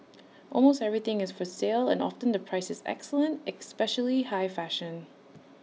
almost everything is for sale and often the price is excellent especially high fashion